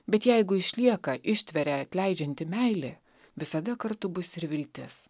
bet jeigu išlieka ištveria atleidžianti meilė visada kartu bus ir viltis